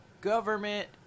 government